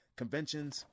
conventions